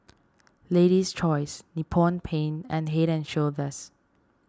Lady's Choice Nippon Paint and Head and Shoulders